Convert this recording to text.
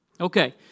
Okay